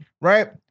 Right